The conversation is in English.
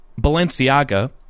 Balenciaga